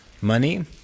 money